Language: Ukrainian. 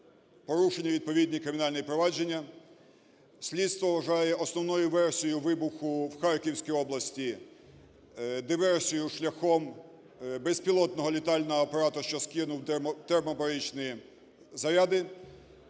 порушені відповідні кримінальні провадження. Слідство вважає основною версією вибуху в Харківській області диверсію шляхом безпілотного літального апарату, що скинув термобаричні заряди.